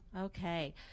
Okay